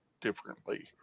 differently